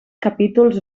capítols